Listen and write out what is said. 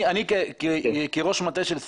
אני כראש מטה של שר,